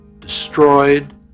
destroyed